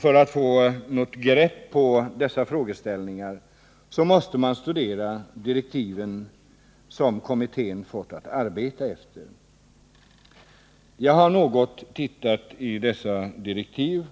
För att få något grepp om dessa frågor måste man studera de direktiv som kommittén fått att arbeta efter. Jag har läst igenom dessa direktiv